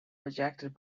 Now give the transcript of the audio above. rejected